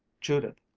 judith,